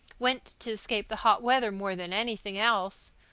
went to escape the hot weather more than anything else.